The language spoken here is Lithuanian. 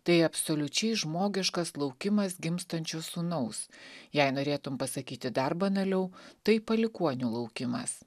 tai absoliučiai žmogiškas laukimas gimstančio sūnaus jei norėtum pasakyti dar banaliau tai palikuonių laukimas